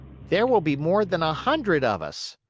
there will be more than a hundred of us!